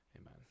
Amen